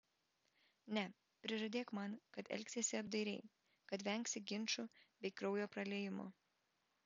ne prižadėk man kad elgsiesi apdairiai kad vengsi ginčų bei kraujo praliejimo